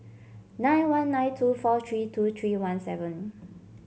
nine one nine two four three two three one seven